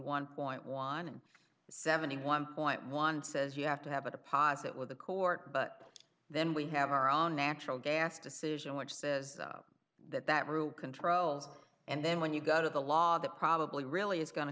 one point won seventy one point one says you have to have a deposit with the court but then we have our own natural gas decision which says that that rule controls and then when you go to the law that probably really is go